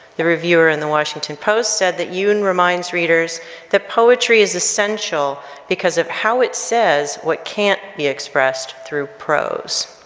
the reviewer in the washington post said that youn reminds readers that poetry is essential because of how it says what can't be expressed through prose.